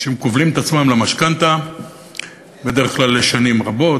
אנשים כובלים את עצמם למשכנתה בדרך כלל לשנים רבות,